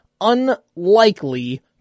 unlikely